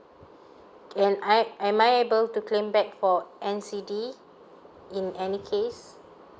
can I am I able to claim back for N_C_D in any case